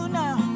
now